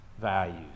values